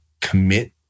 commit